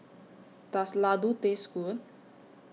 Does Ladoo Taste Good